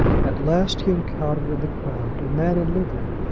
at last he encountered in the crowd a man in livery,